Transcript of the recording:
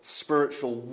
spiritual